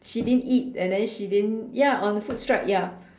she didn't eat and then she didn't ya on a food strike ya